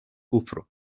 kufru